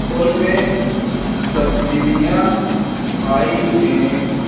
ان میں تبدیلیاں آئی ہیں